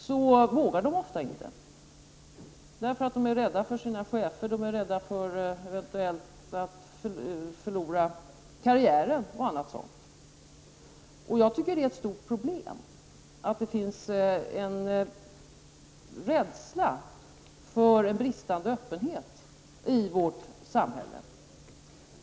Det vågar de ofta inte eftersom de är rädda för sina chefer, de är rädda för att eventuellt förlora karriären och liknande. Jag tycker att det är ett stort problem att det finns en rädsla för en större öppenhet i vårt samhälle.